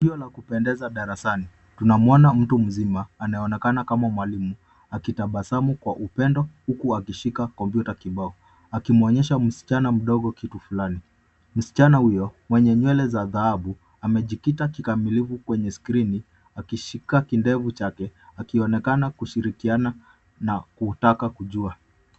Tukio la kupendeza darasani. Tunamwona mtu mzima anayeonekana mwalimu akitabasamu kwa upendo huku akishika kompyuta kibao akimwonyesha msichana mdogo kitu fulani. Msichana huyo mwenye nywele za dhahabu amejikita kikamilifu kwenye skrini akishika kidevu chake akionekana kushirikiana na kutaka kujua.